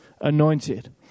anointed